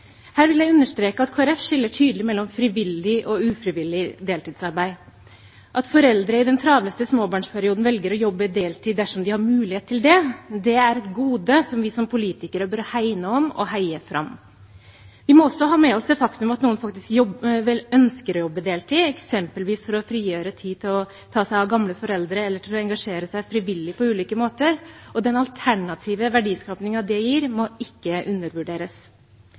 Her vil jeg understreke at Kristelig Folkeparti skiller tydelig mellom frivillig og ufrivillig deltidsarbeid. At foreldre i den travleste småbarnsperioden velger å jobbe deltid dersom de har mulighet til det, er et gode som vi som politikere bør hegne om og heie fram. Vi må også ha med oss det faktum at noen faktisk ønsker å jobbe deltid, eksempelvis for å frigjøre tid til å ta seg av gamle foreldre eller til å engasjere seg frivillig på ulike måter, og den alternative verdiskapingen det gir, må ikke undervurderes.